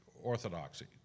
orthodoxy